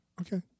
Okay